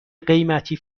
قیمتی